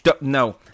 no